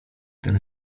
ten